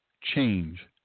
change